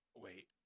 Wait